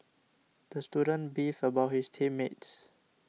the student beefed about his team mates